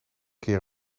keer